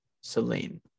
Celine